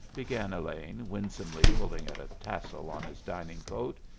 began elaine, winsomely pulling at a tassel on his dining-coat,